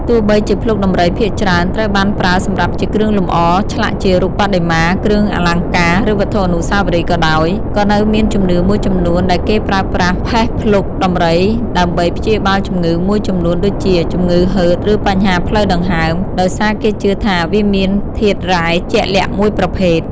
ទោះបីជាភ្លុកដំរីភាគច្រើនត្រូវបានប្រើសម្រាប់ជាគ្រឿងលម្អ ឆ្លាក់ជារូបបដិមា គ្រឿងអលង្ការ ឬវត្ថុអនុស្សាវរីយ៍ក៏ដោយ ក៏នៅមានជំនឿមួយចំនួនដែលគេប្រើប្រាស់ផេះភ្លុកដំរីដើម្បីព្យាបាលជំងឺមួយចំនួនដូចជា ជំងឺហឺត ឬបញ្ហាផ្លូវដង្ហើម ដោយសារគេជឿថាវាមានធាតុរ៉ែជាក់លាក់មួយប្រភេទ។